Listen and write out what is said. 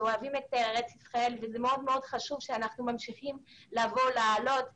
שאוהבים את ארץ ישראל וזה מאוד מאוד חשוב שאנחנו ממשיכים לעלות לכאן.